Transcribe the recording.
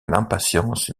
l’impatience